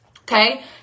Okay